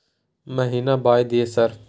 महीना बाय दिय सर?